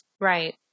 Right